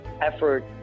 effort